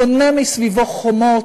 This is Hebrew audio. בונה מסביבו חומות.